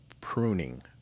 pruning